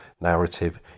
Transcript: narrative